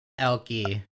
Elky